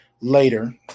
later